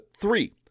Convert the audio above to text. Three